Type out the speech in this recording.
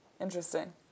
Interesting